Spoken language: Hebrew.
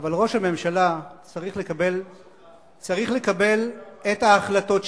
אבל ראש הממשלה צריך לקבל את ההחלטות שלו.